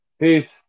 Peace